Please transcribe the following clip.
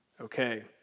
Okay